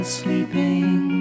sleeping